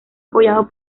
apoyado